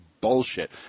bullshit